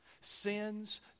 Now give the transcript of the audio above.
Sins